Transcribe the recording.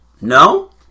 No